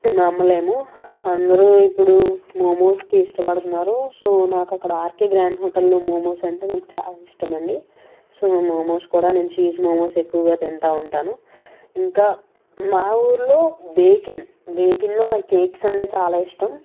నమ్మలేము అందరూ ఇప్పుడు మోమోస్ ఇష్టపడుతున్నారు సో నాకు అక్కడ ఆర్కే గ్రాండ్ హోటల్లో మోమోస్ అంటే నాకు చాలా ఇష్టం అండి సో మొమోస్ కూడా చీజ్ మోమోస్ ఎక్కువగా తింటూ ఉంటాను ఇంకా మా ఊర్లో బేక్ ఇన్ బేక్ ఇన్లో నాకు కేక్స్ అంటే చాలా ఇష్టం